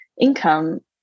income